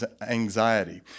anxiety